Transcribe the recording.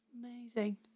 amazing